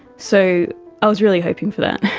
so i was really hoping for that.